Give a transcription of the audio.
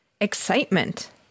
excitement